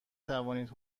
توانید